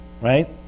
Right